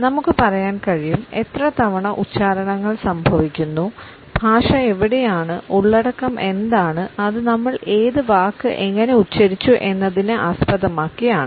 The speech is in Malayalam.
നമുക്ക് പറയാൻ കഴിയും എത്ര തവണ ഉച്ചാരണങ്ങൾ സംഭവിക്കുന്നു ഭാഷ എവിടെയാണ് ഉള്ളടക്കം എന്താണ് അത് നമ്മൾ ഏത് വാക്ക് എങ്ങനെ ഉച്ചരിച്ചു എന്നതിനെ ആസ്പദമാക്കിയാണ്